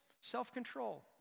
Self-control